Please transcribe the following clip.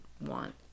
want